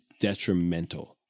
detrimental